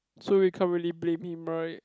so we can't really blame him right